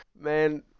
man